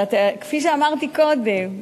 אבל כפי שאמרתי קודם,